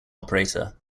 operator